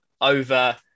over